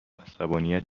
عصبانیت